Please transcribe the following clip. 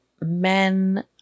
men